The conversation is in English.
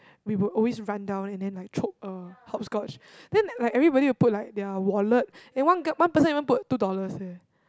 we will always run down and then like chope a hopscotch then like everybody will put like their wallet then one girl one person even put two dollars eh